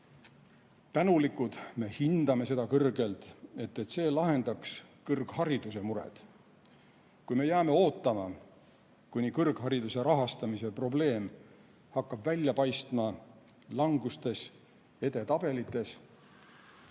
tänulikud ja mida me hindame kõrgelt, lahendaks kõrghariduse mured. Kui me jääme ootama, kuni kõrghariduse rahastamise probleem hakkab välja paistma langustes edetabelites,